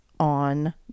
on